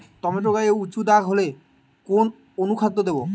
Tomato গায়ে উচু দাগ হলে কোন অনুখাদ্য দেবো?